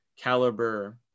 caliber